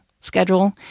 schedule